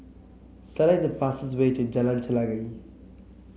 select the fastest way to Jalan Chelagi